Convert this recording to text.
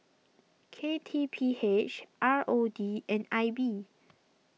K T P H R O D and I B